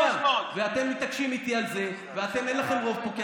100%. אתם מתעקשים איתי על זה ואין לכם רוב פה.